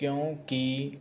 ਕਿਉਂਕਿ